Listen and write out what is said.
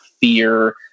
fear